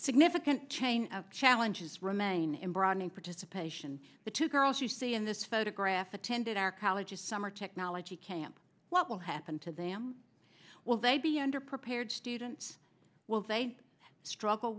significant change of challenges remain in broadening participation the two girls you see in this photograph attended our colleges summer technology camp what will happen to them will they be underprepared students will they struggle